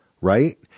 right –